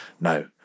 No